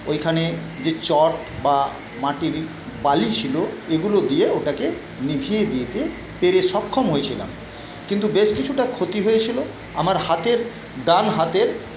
ওইখানে যে চট বা মাটির বালি ছিল এগুলো দিয়ে ওটাকে নিভিয়ে দিতে পেরে সক্ষম হয়েছিলাম কিন্তু বেশ কিছুটা ক্ষতি হয়েছিলো আমার হাতের ডান হাতের